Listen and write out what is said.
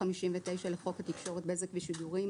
ו-59 לחוק התקשורת (בזק ושידורים),